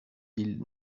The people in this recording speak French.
îles